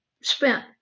spent